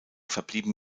verblieben